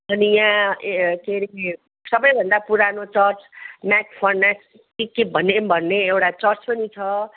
अनि यहाँ के अरे सबैभन्दा पुरानो चर्च म्याकफर्लेन कि के भन्ने भन्ने एउटा चर्च पनि छ